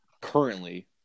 currently